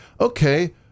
Okay